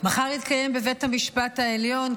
מחר יתקיים בבית המשפט העליון,